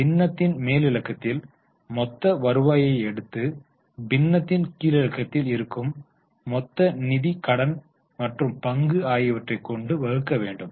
பின்னத்தின் மேலிலக்கத்தில் மொத்த வருவாயை எடுத்து பின்னத்தின் கீழிலக்கத்தில் இருக்கும் மொத்த நிதி கடன் மற்றும் பங்கு ஆகியவற்றை கொண்டு வகுக்க வேண்டும்